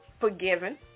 forgiven